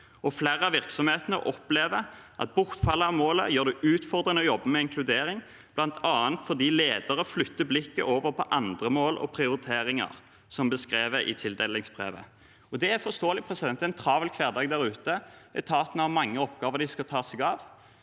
Flere av virksomhetene opplever at bortfallet av målet gjør det utfordrende å jobbe med inkludering, bl.a. fordi ledere flytter blikket over på andre mål og prioriteringer, som beskrevet i tildelingsbrevet. Det er forståelig; det er en travel hverdag der ute. Etatene har mange oppgaver de skal ta seg av.